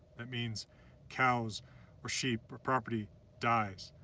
that means cows or sheep or property dies.